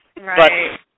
Right